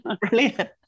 Brilliant